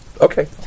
Okay